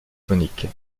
symphoniques